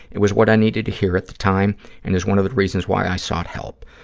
it was what i needed to hear at the time and is one of the reasons why i sought help.